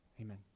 Amen